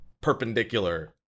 perpendicular